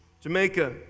Jamaica